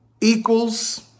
equals